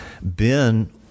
Ben